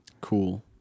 Cool